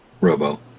Robo